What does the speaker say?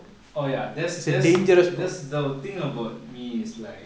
oh ya that's that's that's the thing about me is like